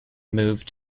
moved